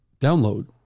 download